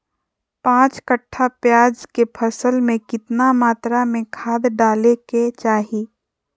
पांच कट्ठा प्याज के फसल में कितना मात्रा में खाद डाले के चाही?